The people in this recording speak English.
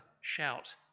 shout